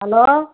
hello